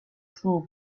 school